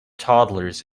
toddlers